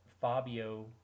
Fabio